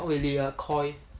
not really ah koi